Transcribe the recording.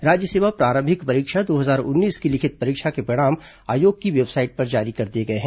राज्य सेवा प्रारंभिक परीक्षा दो हजार उन्नीस की लिखित परीक्षा के परिणाम आयोग की वेबसाइट पर जारी कर दिए गए हैं